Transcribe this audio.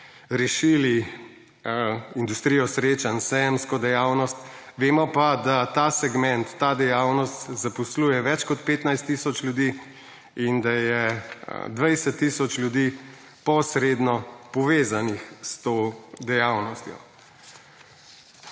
rešili industrijo srečanj, sejemsko dejavnost vemo pa, da ta segment ta dejavnost zaposluje več kot 15 tisoč ljudi in da je 20 tisoč ljudi posredno povezanih s to dejavnostjo.